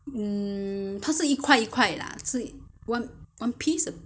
mm 他是一块一块的啊是 one piece or